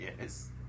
Yes